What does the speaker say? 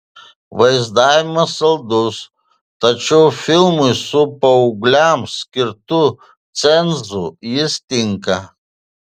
vaizdavimas saldus tačiau filmui su paaugliams skirtu cenzu jis tinka